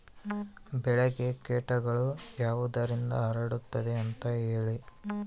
ಬೆಳೆಗೆ ಕೇಟಗಳು ಯಾವುದರಿಂದ ಹರಡುತ್ತದೆ ಅಂತಾ ಹೇಳಿ?